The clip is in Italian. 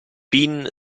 pin